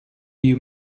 you